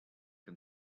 can